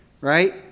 right